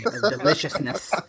Deliciousness